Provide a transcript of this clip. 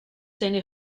seine